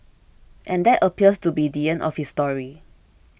and that appears to be the end of his story